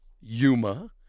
Yuma